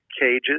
cages